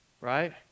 Right